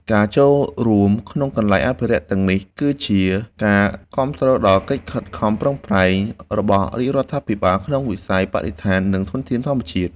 ការចូលរួមក្នុងកន្លែងអភិរក្សទាំងនេះ គឺជាការគាំទ្រដល់កិច្ចខិតខំប្រឹងប្រែងរបស់រាជរដ្ឋាភិបាលក្នុងវិស័យបរិស្ថាន និងធនធានធម្មជាតិ។